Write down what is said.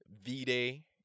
V-Day